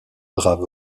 brave